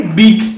big